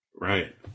Right